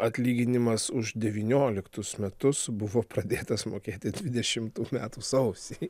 atlyginimas už devynioliktus metus buvo pradėtas mokėti dvidešimtų metų sausį